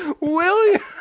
William